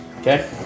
Okay